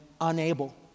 unable